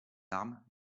armes